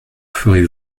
ferez